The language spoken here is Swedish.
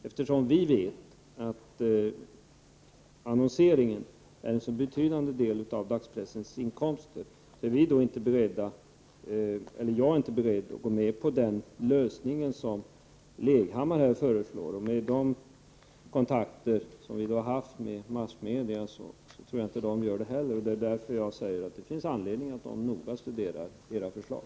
Eftersom vi vet att annonseringen utgör en så betydande del av dagspressens inkomster, är jag inte beredd att gå med på den lösning som Leghammar föreslår. Efter de kontakter som vi har haft med massmedierna tror jag inte att massmedierna gör det heller. Därför säger jag att det finns anledning för massmedierna att noga studera era förslag.